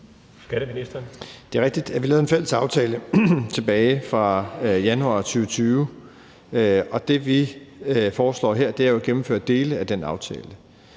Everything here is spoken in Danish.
Skatteministeren (Jeppe Bruus): Det er rigtigt, at vi lavede en fælles aftale tilbage i januar 2020, og det, vi foreslår her, er jo at gennemføre dele af den aftale.